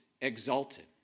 exalted